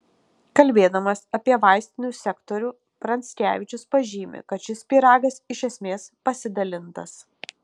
kalbėdamas apie vaistinių sektorių pranckevičius pažymi kad šis pyragas iš esmės pasidalintas